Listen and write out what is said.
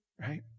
Right